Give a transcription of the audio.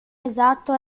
esatto